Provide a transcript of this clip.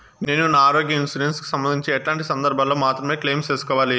నేను నా ఆరోగ్య ఇన్సూరెన్సు కు సంబంధించి ఎట్లాంటి సందర్భాల్లో మాత్రమే క్లెయిమ్ సేసుకోవాలి?